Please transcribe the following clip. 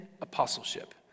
apostleship